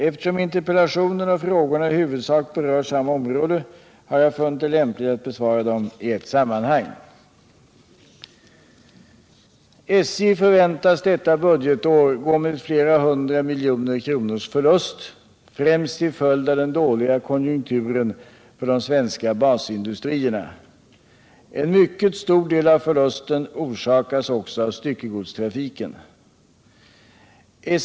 Eftersom interpellationen och frågorna i huvudsak berör samma område har jag funnit det lämpligt att besvara dem i ett sammanhang. SJ förväntas detta budgetår gå med flera hundra miljoner kronors förlust, främst till följd av den dåliga konjunkturen för de svenska basindustrierna. En mycket stor del av förlusten orsakas också av styckegodstrafiken.